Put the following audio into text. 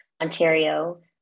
Ontario